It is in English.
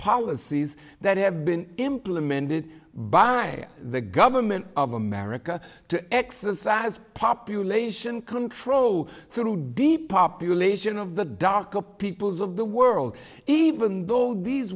policies that have been implemented by the government of america to exercise population control through deep population of the darker peoples of the world even though these